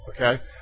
Okay